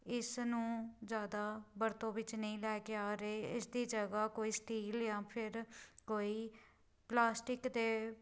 ਇਸ ਨੂੰ ਜ਼ਿਆਦਾ ਵਰਤੋਂ ਵਿੱਚ ਨਹੀਂ ਲੈ ਕੇ ਆ ਰਹੇ ਇਸ ਦੀ ਜਗ੍ਹਾ ਕੋਈ ਸਟੀਲ ਜਾਂ ਫਿਰ ਕੋਈ ਪਲਾਸਟਿਕ ਦੇ